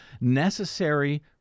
necessary